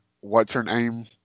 what's-her-name